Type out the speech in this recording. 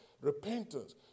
Repentance